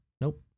Nope